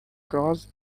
crossed